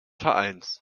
vereins